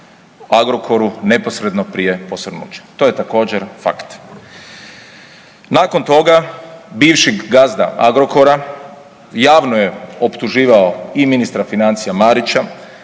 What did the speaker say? Agrokoru neposredno prije posrnuća. To je također fakt. Nakon toga bivši gazda Agrokora javno je optuživao i ministra financija Marića